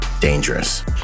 dangerous